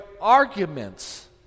arguments